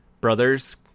brothers